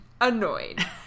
annoyed